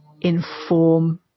inform